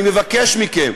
ואני מבקש מכם: